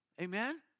Amen